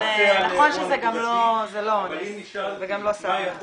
אם נשאל מה יכול